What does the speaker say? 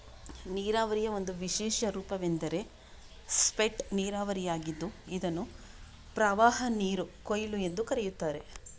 ನೀರಾವರಿಯ ಒಂದು ವಿಶೇಷ ರೂಪವೆಂದರೆ ಸ್ಪೇಟ್ ನೀರಾವರಿಯಾಗಿದ್ದು ಇದನ್ನು ಪ್ರವಾಹನೀರು ಕೊಯ್ಲು ಎಂದೂ ಕರೆಯುತ್ತಾರೆ